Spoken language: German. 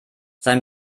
sein